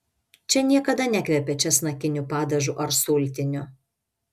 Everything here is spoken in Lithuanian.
čia niekada nekvepia česnakiniu padažu ar sultiniu